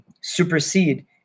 supersede